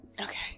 Okay